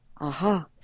aha